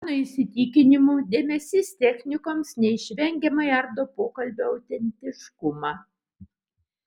mano įsitikinimu dėmesys technikoms neišvengiamai ardo pokalbio autentiškumą